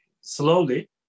slowly